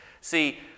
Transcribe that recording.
See